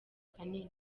kanini